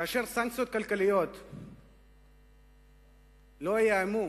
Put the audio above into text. כאשר סנקציות כלכליות לא יאיימו